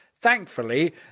Thankfully